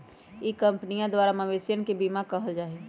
ई कंपनीया द्वारा मवेशियन के बीमा कइल जाहई